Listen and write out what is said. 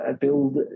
build